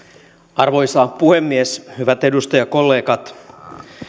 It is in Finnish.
arvoisa puhemies hyvät edustajakollegat